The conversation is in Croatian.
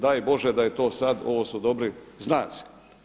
Daj Bože da je to sad, ovo su dobri znaci.